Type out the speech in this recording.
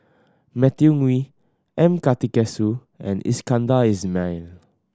Matthew Ngui M Karthigesu and Iskandar Ismail